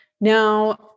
Now